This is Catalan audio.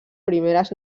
primeres